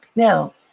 Now